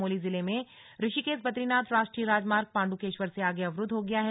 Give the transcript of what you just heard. चमोली जिले में ऋषिकेश बदरीनाथ राष्ट्रीय राजमार्ग पांड्केश्वर से आगे अवरुद्व हो गया है